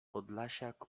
podlasiak